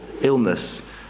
illness